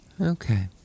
Okay